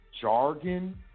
jargon